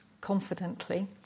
confidently